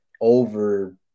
over